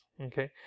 okay